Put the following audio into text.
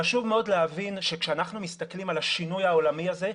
חשוב מאוד להבין שכשאנחנו מסתכלים על השינוי העולמי הזה,